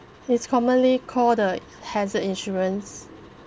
it's commonly called the hazard insurance